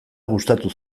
gustatu